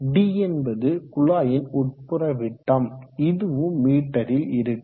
D என்பது குழாயின் உட்புற விட்டம் இதுவும் மீட்டரில் இருக்கும்